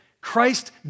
Christ